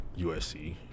USC